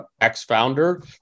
ex-founder